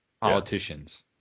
politicians